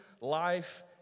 life